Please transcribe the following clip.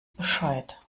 bescheid